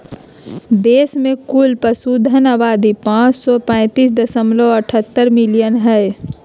देश में कुल पशुधन आबादी पांच सौ पैतीस दशमलव अठहतर मिलियन हइ